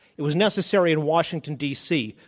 it was necessary in washington, d. c,